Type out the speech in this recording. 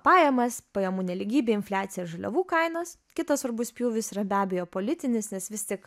pajamas pajamų nelygybę infliaciją žaliavų kainas kitas svarbus pjūvis yra be abejo politinis nes vis tik